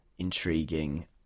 intriguing